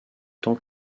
tant